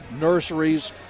nurseries